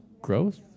growth